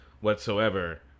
whatsoever